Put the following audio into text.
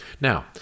Now